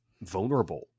vulnerable